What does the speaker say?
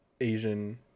asian